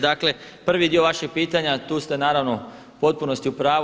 Dakle prvi dio vašeg pitanja, tu ste naravno u potpunosti u pravu.